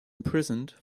imprisoned